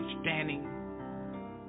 standing